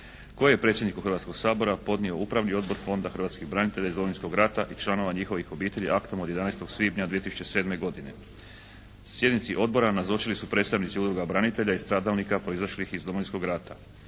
kojeg je predsjedniku Hrvatskoga sabora podnio upravni odbor Fonda hrvatskih branitelja iz Domovinskog rata i članova njihovih obitelji aktom od 11. svibnja 2007. godine. Sjednici Odbora nazočili su predstavnici udruga branitelja i stradalnika proizašlih iz Domovinskog rata.